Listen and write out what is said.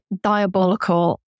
diabolical